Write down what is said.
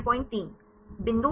बिंदु